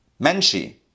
menshi